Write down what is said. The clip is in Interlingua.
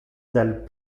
del